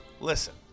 listen